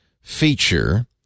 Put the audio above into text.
feature